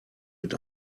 mit